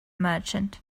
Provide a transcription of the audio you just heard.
merchant